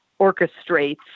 orchestrates